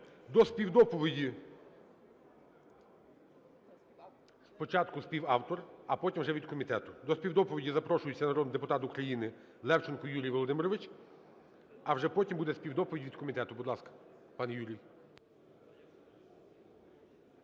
До співдоповіді… Спочатку співавтор, а потім вже від комітету. До співдоповіді запрошується народний депутат України Левченко Юрій Володимирович, а вже потім буде співдоповідь від комітету. Будь ласка, пане Юрію.